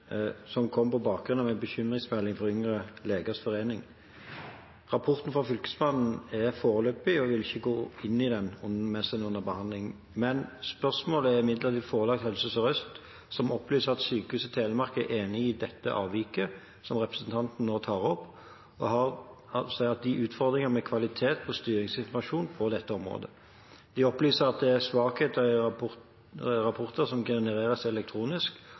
som kom på bakgrunn av en bekymringsmelding fra Yngre legers forening. Rapporten fra Fylkesmannen er foreløpig, og jeg vil ikke gå inn i den mens den er under behandling. Spørsmålet er imidlertid forelagt Helse Sør-Øst, som opplyser at Sykehuset Telemark er enig i dette avviket som representanten nå tar opp, og sier at de har utfordringer med kvaliteten på styringssituasjonen på dette området. De opplyser at det er svakheter i rapporter som genereres elektronisk,